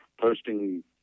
posting